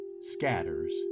scatters